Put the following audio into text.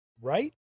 right